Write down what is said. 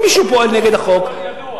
אם מישהו פועל נגד החוק, הכול ידוע.